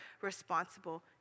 responsible